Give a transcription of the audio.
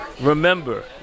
remember